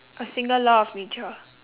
a single law of nature